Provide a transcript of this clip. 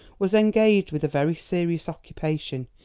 was engaged with a very serious occupation.